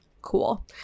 Cool